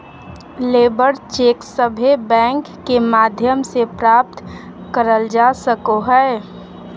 labour cheque सभे bank के माध्यम से प्राप्त करल जा सको हय